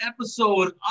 episode